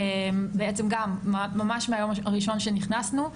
ממש מהיום הראשון שנכנסנו.